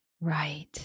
Right